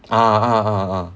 ah ah ah ah